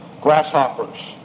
Grasshoppers